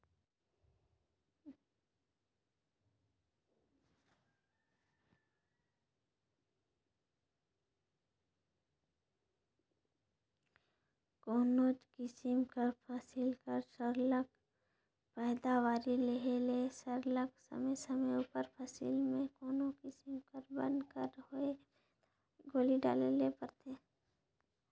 कोनोच किसिम कर फसिल कर सरलग पएदावारी लेहे ले सरलग समे समे उपर फसिल में कोनो किसिम कर बन कर होए में दवई गोली डाले ले परथे